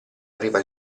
arriva